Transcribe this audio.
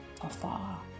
afar